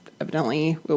evidently